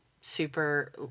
super